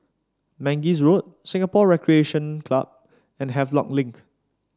Mangis Road Singapore Recreation Club and Havelock Link